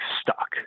stuck